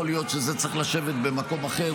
יכול להיות שזה צריך לשבת במקום אחר,